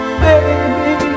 baby